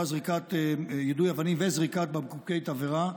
יידוי אבנים וזריקת בקבוקי תבערה,